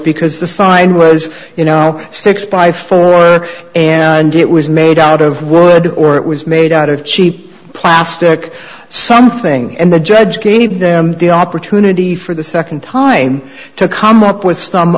because the sign was you know six by four and it was made out of word or it was made out of cheap plastic something and the judge gave them the opportunity for the nd time to come up with